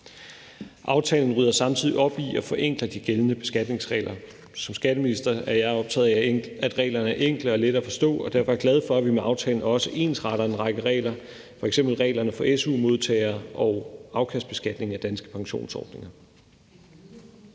Aftalen rydder samtidig op i og forenkler de gældende beskatningsregler. Som skatteminister er jeg optaget af, at reglerne er enkle og lette at forstå, og derfor er jeg glad for, at vi med aftalen også ensretter en række regler, f.eks. reglerne for su-modtagere og afkastbeskatning af danske pensionsordninger.